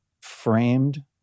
framed